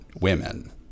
women